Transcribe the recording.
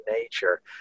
nature